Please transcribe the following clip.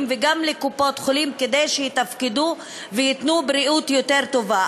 וגם לקופות-חולים כדי שיתפקדו וייתנו בריאות יותר טובה.